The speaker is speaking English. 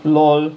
LOL